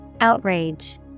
Outrage